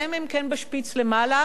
אלא אם כן הם בשפיץ למעלה,